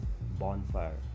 bonfire